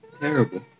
terrible